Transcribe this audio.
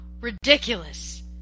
ridiculous